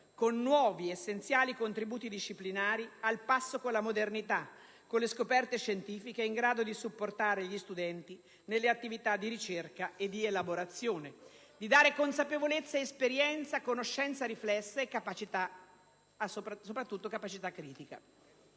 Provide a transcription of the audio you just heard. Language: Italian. con nuovi essenziali contributi disciplinari al passo con la modernità, con le scoperte scientifiche e in grado di supportare gli studenti nelle attività di ricerca e di elaborazione, di dare consapevolezza ed esperienza, conoscenza riflessa e soprattutto capacità critica.